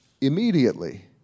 immediately